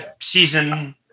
season